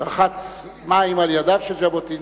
יצק מים על ידיו של ז'בוטינסקי.